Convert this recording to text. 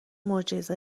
معجزه